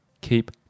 Keep